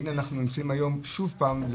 והנה אנחנו נמצאים היום שוב פעם,